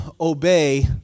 obey